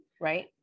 Right